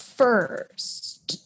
first